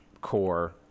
core